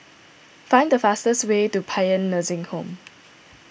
find the fastest way to Paean Nursing Home